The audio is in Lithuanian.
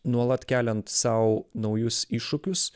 nuolat keliant sau naujus iššūkius